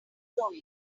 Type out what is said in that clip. louise